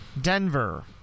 Denver